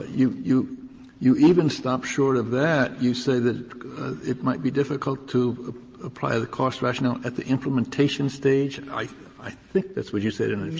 you you you even stop short of that. you say that it might be difficult to apply the cost rationale at the implementation stage? i i think that's what you said and if so,